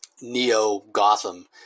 neo-Gotham